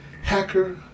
hacker